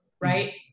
right